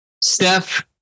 Steph